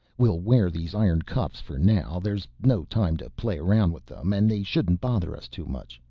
we'll wear these iron cuffs for now, there is no time to play around with them and they shouldn't bother us too much.